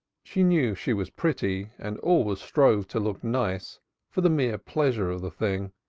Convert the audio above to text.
she knew she was pretty and always strove to look nice for the mere pleasure of the thing.